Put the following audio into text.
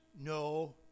no